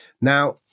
Now